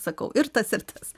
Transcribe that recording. sakau ir tas ir tas